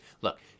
look